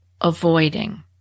avoiding